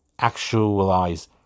actualize